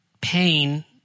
pain